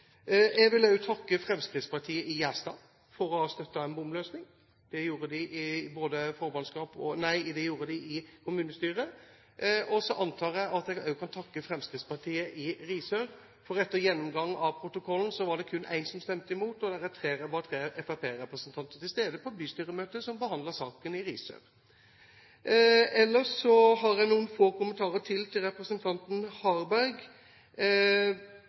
Jeg vil også takke Fremskrittspartiet i Gjerstad for å ha støttet en bomløsning. Det gjorde de i kommunestyret. Så antar jeg at jeg også kan takke Fremskrittspartiet i Risør, for etter gjennomgang av protokollen var det kun én som stemte imot, og det var tre fremskrittspartirepresentanter til stede på bystyremøtet som behandlet saken i Risør. Ellers har jeg noen få kommentarer til til representanten Harberg